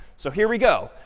so here we go.